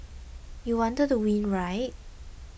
you wanted to win right